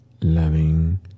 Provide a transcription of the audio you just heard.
loving